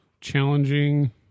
challenging